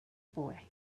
boy